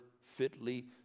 fitly